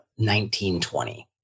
1920